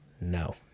No